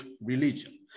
religion